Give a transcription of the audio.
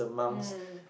mm